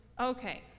Okay